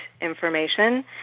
information